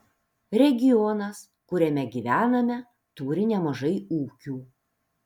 regionas kuriame gyvename turi nemažai ūkių